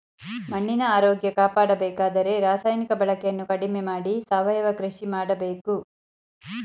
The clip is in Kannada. ಮಣ್ಣಿನ ಆರೋಗ್ಯ ಕಾಪಾಡಬೇಕಾದರೆ ರಾಸಾಯನಿಕ ಬಳಕೆಯನ್ನು ಕಡಿಮೆ ಮಾಡಿ ಸಾವಯವ ಕೃಷಿ ಮಾಡಬೇಕು